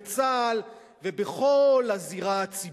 בצה"ל ובכל הזירה הציבורית?